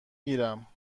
گیرم